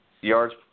yards